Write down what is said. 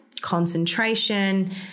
concentration